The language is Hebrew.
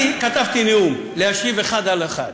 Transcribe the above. אני כתבתי נאום להשיב אחד על אחד,